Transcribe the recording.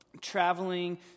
traveling